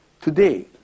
today